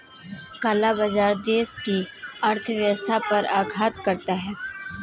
काला बाजार देश की अर्थव्यवस्था पर आघात करता है